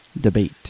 debate